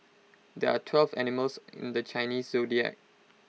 there are twelve animals in the Chinese Zodiac